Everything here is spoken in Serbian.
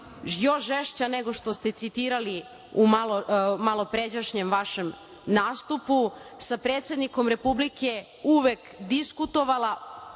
još žešća nego što ste citirali u malopređašnjem vašem nastupu, sa predsednikom Republike uvek diskutovala